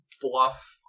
bluff